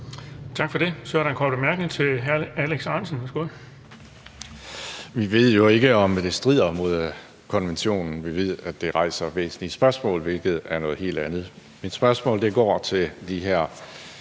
Tak for det. Så er der en kort bemærkning til hr. Alex Ahrendtsen. Værsgo. Kl. 16:27 Alex Ahrendtsen (DF): Vi ved jo ikke, om det strider mod konventionen; vi ved, at det rejser væsentlige spørgsmål, hvilket er noget helt andet. Mit spørgsmål går på de her